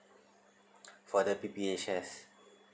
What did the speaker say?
for the P_P_H_S